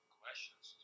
questions